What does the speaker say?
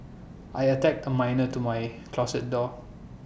I attached A mirror to my closet door